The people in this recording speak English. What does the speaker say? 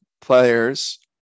players